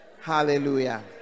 Hallelujah